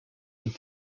und